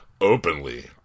openly